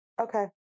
Okay